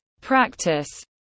practice